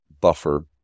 buffer